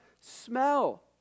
smell